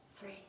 three